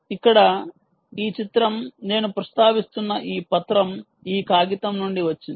ఇక్కడ ఈ చిత్రం నేను ప్రస్తావిస్తున్న ఈ పత్రం ఈ కాగితం నుండి వచ్చింది